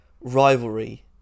rivalry